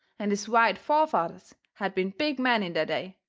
and his white forefathers had been big men in their day,